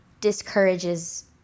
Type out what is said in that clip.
discourages